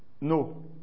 No